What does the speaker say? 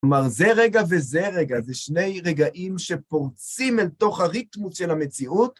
כלומר, זה רגע וזה רגע, זה שני רגעים שפורצים אל תוך הריתמוס של המציאות.